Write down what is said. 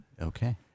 Okay